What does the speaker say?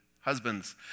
husbands